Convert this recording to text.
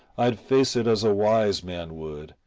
i'd face it as a wise man would,